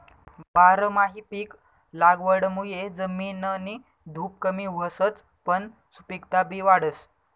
बारमाही पिक लागवडमुये जमिननी धुप कमी व्हसच पन सुपिकता बी वाढस